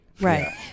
right